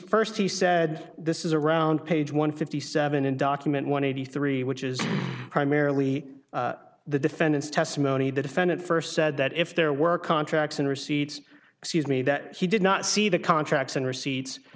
first he said this is around page one fifty seven and document one eighty three which is primarily the defendant's testimony the defendant first said that if there were contracts and receipts excuse me that he did not see the contracts and receipts